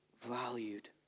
valued